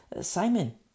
Simon